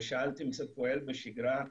ושאלתם אם זה פועל בשגרה,